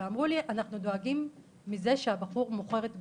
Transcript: ואמרו לי שהם דואגים מזה שהבחור מוכר את גופו,